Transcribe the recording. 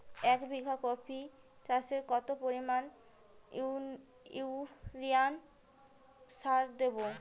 এক বিঘা কপি চাষে কত পরিমাণ ইউরিয়া সার দেবো?